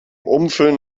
umfüllen